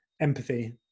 empathy